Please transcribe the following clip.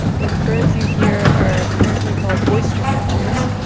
those birds you hear are apparently called oystercatchers,